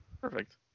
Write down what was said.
Perfect